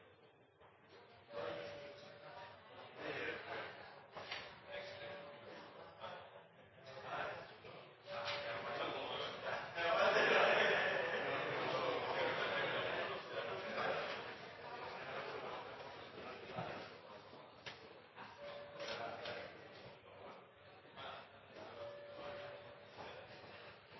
Da er det